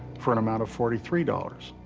for an amount of forty three dollars.